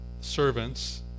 servants